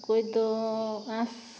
ᱚᱠᱚᱭ ᱫᱚ ᱟᱥ